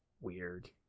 weird